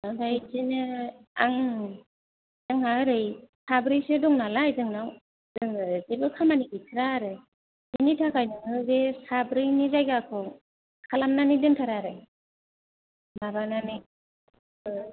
आमफ्राय बिदिनो आं आंहा ओरै साब्रैसो दंनालाय जोंनाव जोङो जेबो खामानि गैथ्रा आरो बिनि थाखाय नोङो बे साब्रैनि जायगाखौ खालामनानै दोनथार आरो माबानानै ओ